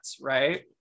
right